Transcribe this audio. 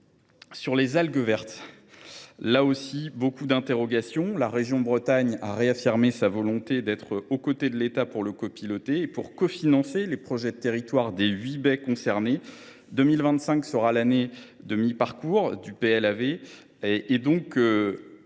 vertes, il suscite lui aussi beaucoup d’interrogations. La région Bretagne a réaffirmé sa volonté d’être aux côtés de l’État pour le copiloter et pour cofinancer les projets de territoire des huit baies concernées. En 2025, nous serons à mi parcours du plan